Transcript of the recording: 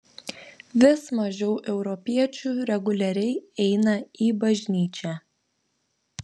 vis mažiau europiečių reguliariai eina į bažnyčią